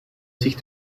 sich